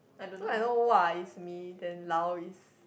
so I know !wa!~ is me then lao is